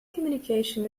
communication